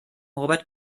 robert